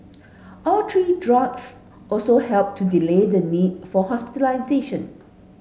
all three drugs also helped to delay the need for hospitalisation